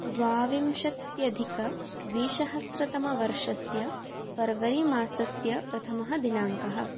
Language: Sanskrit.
द्वाविंशत्यधिक द्विसहस्रतमवर्षस्य फ़र्वरि मासस्य प्रथमः दिनाङ्कः